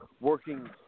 working